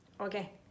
okay